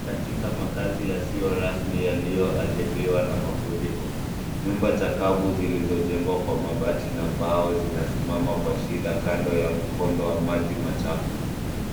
Katika makazi yasiyo rasmi yaliyo athiriwa na mafuriko. Nyumba cha kavu zilizo jengwa kwa mabati na mbao zinasimama kwa shida kando ya mkondo wa maji machafu.